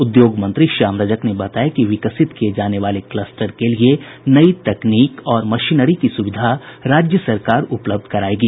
उद्योग मंत्री श्याम रजक ने बताया कि विकसित किये जाने वाले क्लस्टर के लिए नई तकनीक और मशीनरी की सुविधा राज्य सरकार उपलब्ध करायेगी